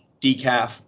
decaf